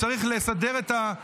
צריך לסדר, לארגן,